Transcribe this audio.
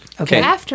Okay